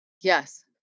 Yes